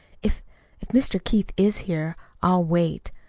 if if mr. keith is here i'll wait.